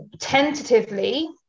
tentatively